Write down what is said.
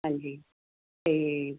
ਹਾਂਜੀ ਅਤੇ